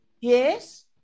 Yes